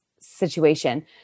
situation